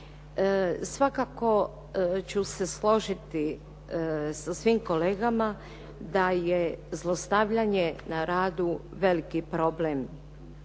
Svakako ću se složiti sa svim kolegama da je zlostavljanje na radu veliki problem